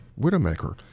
Widowmaker